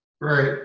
Right